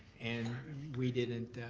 and we didn't